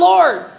Lord